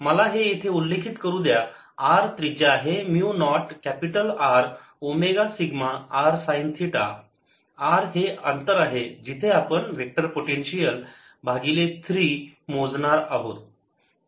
मला हे येथे उल्लेखित करू द्या R त्रिज्या आहे mu naught capital R omega sigma r sine theta r हे अंतर आहे जिथे आपण वेक्टर पोटेन्शियल भागिले 3 मोजणार आहोत